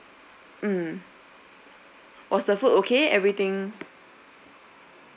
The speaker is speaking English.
mm was the food okay everything